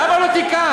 למה לא תיקנת?